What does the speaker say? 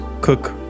cook